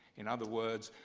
in other words,